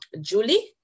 Julie